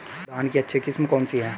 धान की अच्छी किस्म कौन सी है?